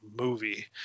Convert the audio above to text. movie